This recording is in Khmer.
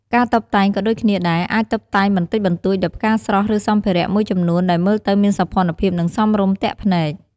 ការតុបតែងក៏ដូចគ្នាដែរ អាចតុបតែងបន្តិចបន្តួចដោយផ្កាស្រស់ ឬសម្ភារៈមួយចំនួនដែលមើលទៅមានសោភ័ណភាព និងសមរម្យទាក់ភ្នែក។